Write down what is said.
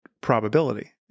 probability